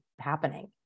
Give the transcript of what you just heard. happening